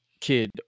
kid